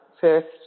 first